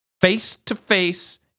face-to-face